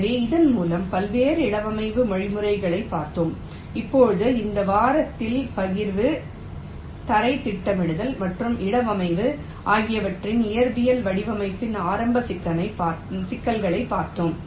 எனவே இதன் மூலம் பல்வேறு இடவமைப்பு வழிமுறைகளைப் பார்த்தோம் இப்போது இந்த வாரத்தில் பகிர்வு தரைத் திட்டமிடல் மற்றும் இடவமைப்பு ஆகியவற்றின் இயற்பியல் வடிவமைப்பின் ஆரம்ப சிக்கல்களைப் பார்த்தோம்